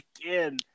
again